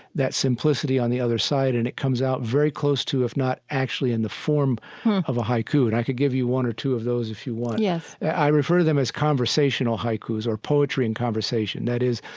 that simplicity on the other side, and it comes out very close to, if not actually in the form of, a haiku. and i could give you one or two of those if you want yes i refer to them as conversational haikus or poetry in conversation. that is,